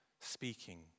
speaking